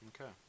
Okay